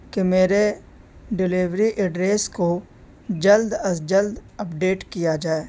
کہ میرے delivery address کو جلد از جلد اپڈیٹ کیا جائے